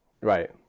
Right